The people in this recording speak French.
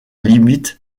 limite